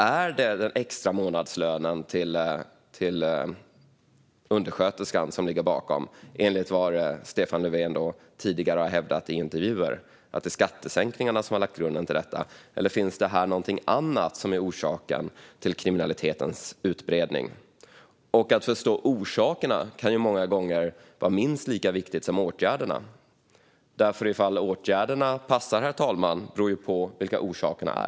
Är det den extra månadslönen till undersköterskan som ligger bakom, enligt vad Stefan Löfven tidigare har hävdat i intervjuer? Han menar att det är skattesänkningarna som har lagt grunden till detta. Finns här något annat som är orsaken till kriminalitetens utbredning? Att förstå orsakerna kan många gånger vara minst lika viktigt som åtgärderna. Om åtgärderna passar, herr talman, beror på vilka orsakerna är.